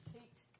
Kate